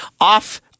off